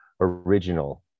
original